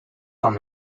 from